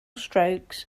strokes